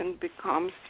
becomes